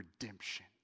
redemption